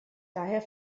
daher